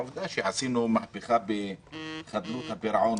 עובדה שעשינו מהפכה בחדלות הפירעון